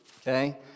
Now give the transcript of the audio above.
Okay